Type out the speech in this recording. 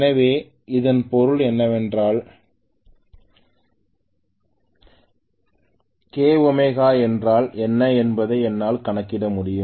எனவே இதன் பொருள் என்னவென்றால் kφ என்றால் என்ன என்பதை என்னால் கணக்கிட முடியும்